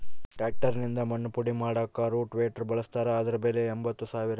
tractor ನಿಂದ ಮಣ್ಣು ಪುಡಿ ಮಾಡಾಕ ರೋಟೋವೇಟ್ರು ಬಳಸ್ತಾರ ಅದರ ಬೆಲೆ ಎಂಬತ್ತು ಸಾವಿರ